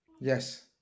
Yes